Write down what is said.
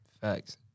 facts